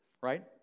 right